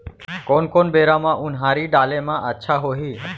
कोन बेरा म उनहारी डाले म अच्छा होही?